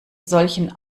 solchen